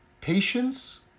patience